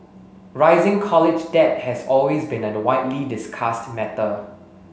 rising college debt has always been a widely discussed matter